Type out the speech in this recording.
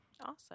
Awesome